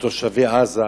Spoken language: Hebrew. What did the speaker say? לתושבי עזה,